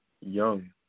young